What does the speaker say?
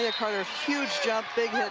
yeah carter's huge jump, big hit,